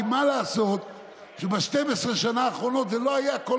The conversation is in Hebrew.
כי מה לעשות שב-12 השנה האחרונות לא הייתה כל